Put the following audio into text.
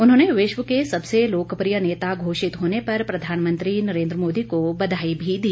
उन्होनें विश्व के सबसे लोकप्रिय नेता घोषित होने पर प्रधानमंत्री नरेंद्र मोदी को बधाई भी दी